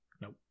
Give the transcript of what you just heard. Nope